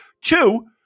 Two